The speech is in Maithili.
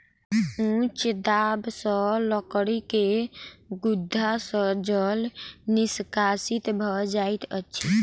उच्च दाब सॅ लकड़ी के गुद्दा सॅ जल निष्कासित भ जाइत अछि